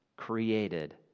created